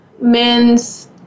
Men's